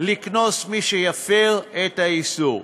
לקנוס את מי שיפר את האיסור.